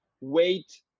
wait